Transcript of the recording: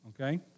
okay